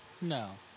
No